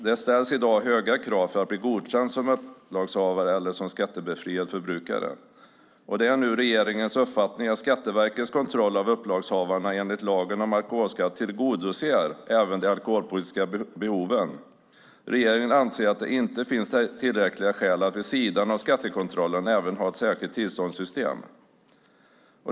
Det ställs i dag höga krav för att bli godkänd som upplagshavare eller som skattebefriad förbrukare. Det är nu regeringens uppfattning att Skatteverkets kontroll av upplagshavarna enligt lagen om alkoholskatt tillgodoser även de alkoholpolitiska behoven. Regeringen anser att det inte finns tillräckliga skäl att vid sidan av skattekontrollen även ha ett särskilt tillståndssystem.